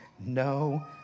No